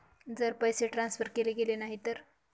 जर पैसे ट्रान्सफर केले गेले नाही तर?